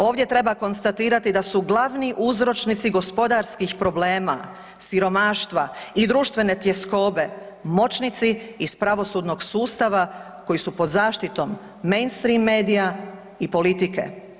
Ovdje treba konstatirati da su glavni uzročnici gospodarskih problema siromaštva i društvene tjeskobe moćnici iz pravosudnog sustava koji su pod zaštitom mainstream medija i politike.